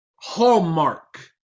hallmark